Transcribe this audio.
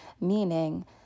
meaning